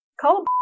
call